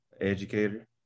educator